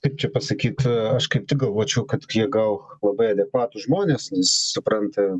kaip čia pasakyt aš kaip tik galvočiau kad jie gal labai adekvatūs žmonės supranta